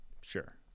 sure